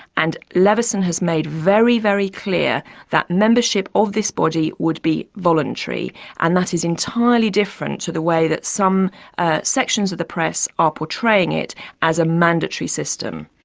and leveson has made very, very clear that membership of this body would be voluntary and that is entirely different to the way that some ah sections of the press are portraying it as a mandatory system.